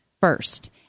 first